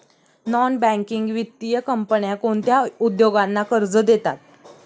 Non banking वित्तीय कंपन्या कोणत्या उद्योगांना कर्ज देतात?